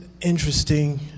interesting